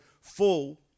full